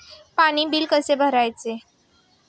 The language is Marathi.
पाणी बिल कसे भरायचे?